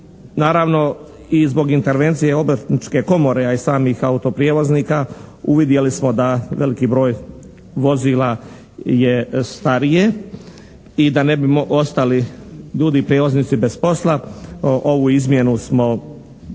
Naravno, i zbog intervencije obrtničke komore a i samih autoprijevoznika uvidjeli smo da veliki broj vozila je starije i da ne bi ostali ljudi prijevoznici bez posla ovu izmjenu smo,